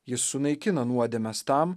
jis sunaikina nuodėmes tam